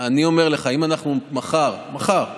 אני אומר לך, אם אנחנו מחר, מחר,